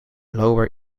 lower